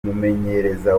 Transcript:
umumenyereza